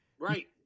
Right